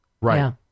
Right